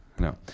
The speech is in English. No